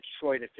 Detroit